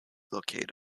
located